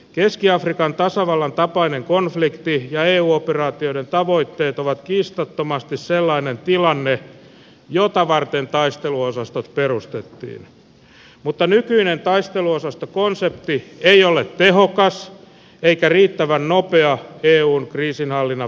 keski afrikan tasavallan tapainen konflikti ja eu operaatioiden tavoitteet ovat kiistattomasti sellainen tilanne jota varten taisteluosastot perustettiin mutta nykyinen taisteluosastokonsepti ei ole tehokas eikä riittävän nopea eun kriisinhallinnan välineenä